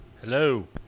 Hello